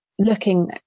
looking